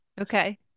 Okay